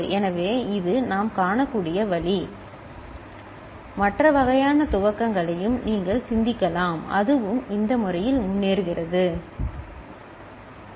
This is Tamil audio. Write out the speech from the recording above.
எனவே இது நாம் காணக்கூடிய வழி மற்ற வகையான துவக்கங்களையும் நீங்கள் சிந்திக்கலாம் அதுவும் இந்த முறையில் முன்னேறுகிறது சரி